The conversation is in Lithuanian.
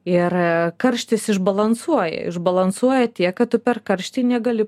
ir karštis išbalansuoja išbalansuoja tiek kad tu per karštį negali